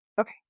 okay